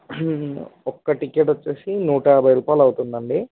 ఒక్క టికెట్ వచ్చేసి నూట యాభై రూపాయలు అవుతుంది అండి